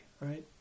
right